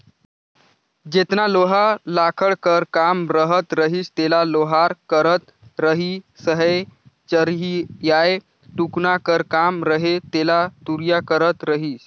जेतना लोहा लाघड़ कर काम रहत रहिस तेला लोहार करत रहिसए चरहियाए टुकना कर काम रहें तेला तुरिया करत रहिस